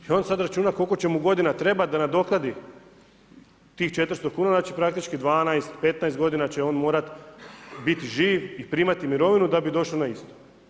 I on sad računa koliko će mu godina trebat da nadoknadi tih 400 kuna, praktički 12, 15 godina će on morat bit živ i primati mirovinu da bi došao na isto.